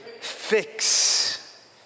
Fix